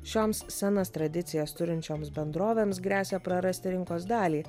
šioms senas tradicijas turinčioms bendrovėms gresia prarasti rinkos dalį